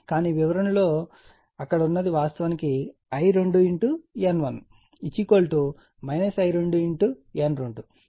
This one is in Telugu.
కానీ వివరణలో అక్కడ ఉన్నది వాస్తవానికి I2 N1 I2 N2